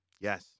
Yes